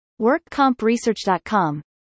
workcompresearch.com